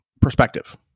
perspective